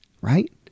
Right